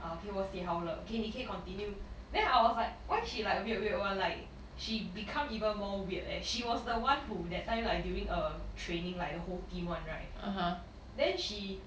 uh okay 我写好了 okay 你可以 continue then I was like why she like weird weird [one] like she become even more weird leh she was the one who that time like during uh training like the whole team [one] right then she